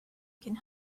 can